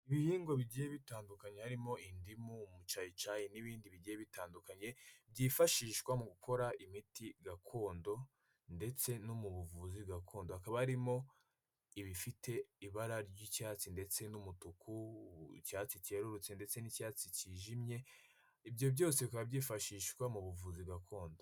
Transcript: Ibihingwa bigiye bitandukanye harimo indimu, umucyayicyayi n'ibindi bigiye bitandukanye, byifashishwa mu gukora imiti gakondo ndetse no mu buvuzi gakondo. Hakaba harimo ibifite ibara ry'icyatsi ndetse n'umutuku, icyatsi cyerurutse ndetse n'icyatsi cyijimye, ibyo byose bikaba byifashishwa mu buvuzi gakondo.